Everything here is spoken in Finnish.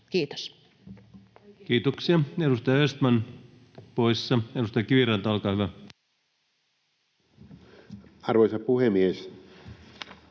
Kiitos. Kiitoksia. — Edustaja Östman, poissa. — Edustaja Kiviranta, olkaa hyvä. Arvoisa puhemies!